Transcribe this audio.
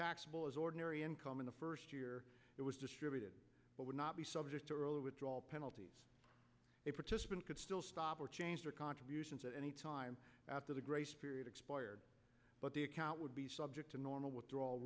taxable as ordinary income in the first year it was distributed but would not be subject to early withdrawal penalties a participant could still stop or change their contributions any time after the grace period expired but the account would be subject to normal withdrawal